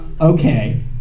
okay